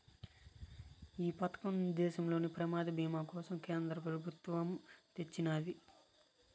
ఈ పదకం దేశంలోని ప్రమాద బీమా కోసరం కేంద్ర పెబుత్వమ్ తెచ్చిన్నాది